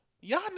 y'all